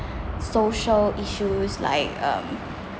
social issues like um